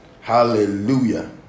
Hallelujah